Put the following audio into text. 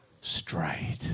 straight